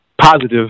positive